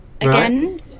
again